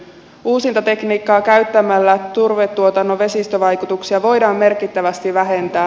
uusinta tekniikkaa käyttämällä turvetuotannon vesistövaikutuksia voidaan merkittävästi vähentää